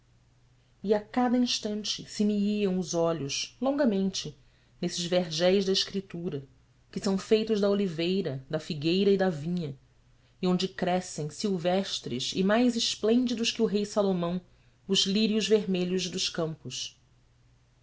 e a cada instante se me iam os olhos longamente nesses vergéis da escritura que são feitos da oliveira da figueira e da vinha e onde crescem silvestres e mais esplêndidos que o rei salomão os lírios vermelhos dos campos